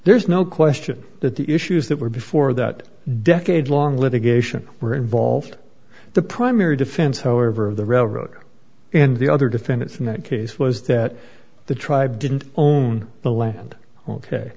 there's no question that the issues that were before that decade long litigation were involved the primary defense however of the railroad and the other defendants in that case was that the tribe didn't own the land ok